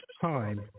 time